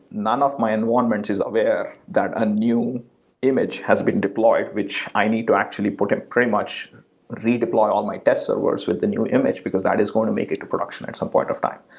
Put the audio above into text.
none of my environment is where that a new image has been deployed which i need to actually put and pretty much redeploy all my test servers with the new image, because that is going to make it to production at some point of time.